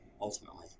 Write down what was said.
ultimately